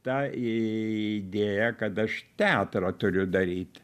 ta įdėja kad aš teatrą turiu daryt